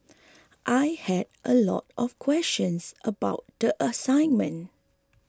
I had a lot of questions about the assignment